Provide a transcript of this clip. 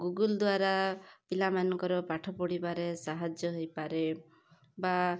Google ଦ୍ୱାରା ପିଲାମାନଙ୍କର ପାଠ ପଢ଼ିବାରେ ସାହାଯ୍ୟ ହେଇପାରେ ବା